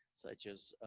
such as